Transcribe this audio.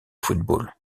football